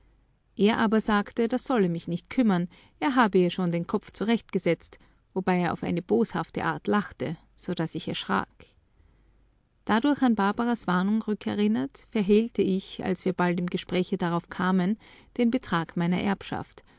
er aber sagte das solle mich nicht kümmern er habe ihr schon den kopf zurechtgesetzt wobei er auf eine boshafte art lachte so daß ich erschrak dadurch an barbaras warnung rückerinnert verhehlte ich als wir bald im gespräche darauf kamen den betrag meiner erbschaft